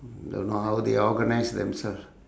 don't know how they organise themselves